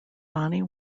bonnie